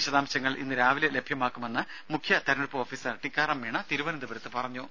വിശദാംശങ്ങൾ ഇന്ന് ലഭിക്കുമെന്ന് മുഖ്യ തെരഞ്ഞെടുപ്പ് ഓഫീസർ ടിക്കാറാം മീണ തിരുവനന്തപുരത്ത് പറഞ്ഞു